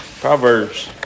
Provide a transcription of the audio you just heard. Proverbs